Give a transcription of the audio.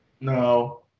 No